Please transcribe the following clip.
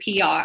PR